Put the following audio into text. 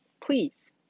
Please